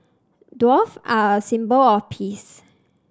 doves are a symbol of peace